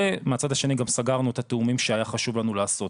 ומהצד השני גם סגרנו את התיאומים שהיה חשוב לנו לעשות,